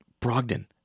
Brogdon